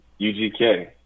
UGK